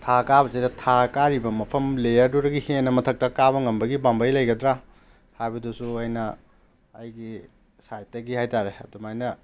ꯊꯥ ꯀꯥꯕꯁꯤꯗ ꯊꯥ ꯀꯥꯔꯤꯕ ꯃꯐꯝ ꯂꯦꯌꯥꯔꯗꯨꯗꯒꯤ ꯍꯦꯟꯅ ꯃꯊꯛꯇ ꯀꯥꯕ ꯉꯝꯕꯒꯤ ꯄꯥꯝꯕꯩ ꯂꯩꯒꯗ꯭ꯔꯥ ꯍꯥꯏꯕꯗꯨꯁꯨ ꯑꯩꯅ ꯑꯩꯒꯤ ꯁꯥꯏꯠꯇꯒꯤ ꯍꯥꯏꯇꯥꯔꯦ ꯑꯗꯨꯃꯥꯏꯅ